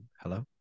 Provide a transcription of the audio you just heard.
Hello